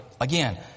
Again